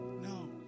No